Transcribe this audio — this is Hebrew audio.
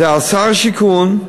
זה לשר השיכון,